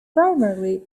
primarily